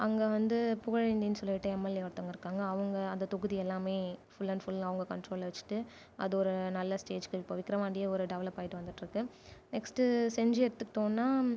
அங்கே வந்து புகழேந்தினு சொல்லிகிட்டு எம்எல்ஏ ஒருத்தவங்கள் இருக்காங்கள் அவங்க அந்த தொகுதி எல்லாமே ஃபுல் அண்ட் ஃபுல் அவங்க கண்ட்ரோலில் வச்சுக்கிட்டு அது ஒரு நல்ல ஸ்டேஜ்க்கு இப்போ விக்ரவாண்டியே டெவெலப் ஆகிட்டு வந்துகிட்டு இருக்குது நெக்ஸ்டு செஞ்சி எடுத்துகிட்டோம்னா